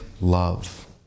love